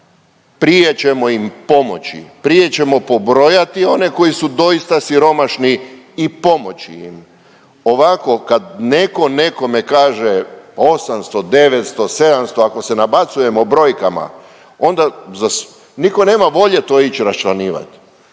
prije ćemo im pomoći, prije ćemo pobrojati one koji su doista siromašni i pomoći im. Ovako kad netko nekome kaže 800, 900, 700, ako se nabacujemo brojkama, onda za, nitko nema volje to ić raščlanjivat.